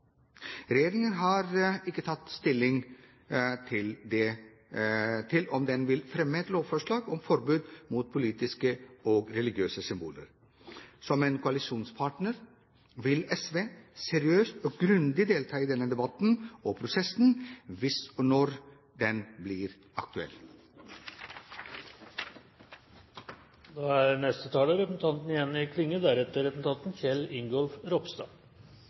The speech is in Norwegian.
Regjeringen har ikke tatt stilling til om den vil fremme et lovforslag om forbud mot politiske og religiøse symboler. Som koalisjonspartner vil SV seriøst og grundig delta i denne debatten og i prosessen, hvis og når den blir aktuell. Evna til å vere nøytral og objektiv er